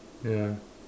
ya